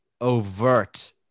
overt